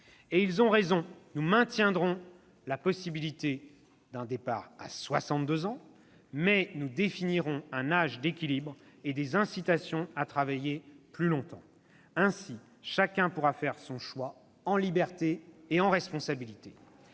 et ils ont raison. « Nous maintiendrons la possibilité d'un départ à soixante-deux ans, mais nous définirons un âge d'équilibre et des incitations à travailler plus longtemps. Ainsi, chacun pourra faire son choix, en liberté et en responsabilité.